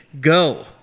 go